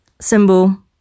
Symbol